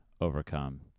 overcome